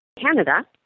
Canada